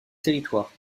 territoire